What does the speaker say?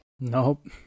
Nope